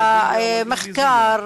המחקר,